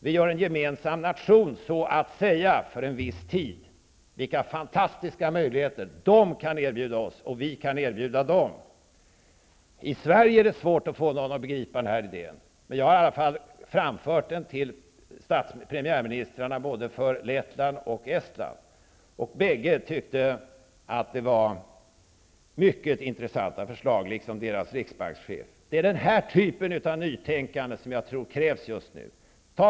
Vi gör så att säga en gemensam nation för en viss tid. Vilka fantastiska möjligheter de kan erbjuda oss och vi kan erbjuda dem! I Sverige är det svårt att få någon att begripa den här idéen. Jag har framfört den till premiärministrarna i Lettland och i Estland. Både de och deras riksbankschefer tyckte att det var mycket intressanta förslag. Det är den här typen av nytänkande som krävs just nu.